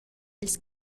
ils